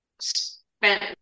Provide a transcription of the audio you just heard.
spent